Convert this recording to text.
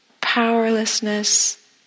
powerlessness